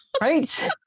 right